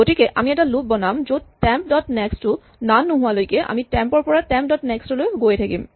গতিকে আমি এটা লুপ বনাম য'ত টেম্প ডট নেক্স্ট টো নন নোহোৱালৈকে আমি টেম্প ৰ পৰা টেম্প ডট নেক্স্ট লৈ গৈয়ে থাকিম